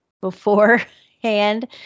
beforehand